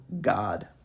God